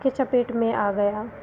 चपेट में आ गया